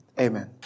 Amen